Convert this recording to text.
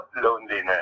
loneliness